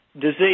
disease